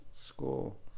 school